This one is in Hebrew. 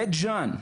בית ג'אן,